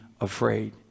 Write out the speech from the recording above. afraid